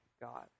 God